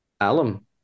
Alum